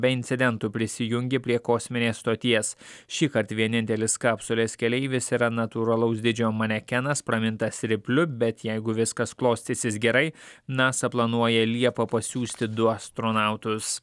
be incidentų prisijungė prie kosminės stoties šįkart vienintelis kapsulės keleivis yra natūralaus dydžio manekenas pramintas ripliu bet jeigu viskas klostysis gerai nasa planuoja liepą pasiųsti du astronautus